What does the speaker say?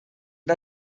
und